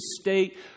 state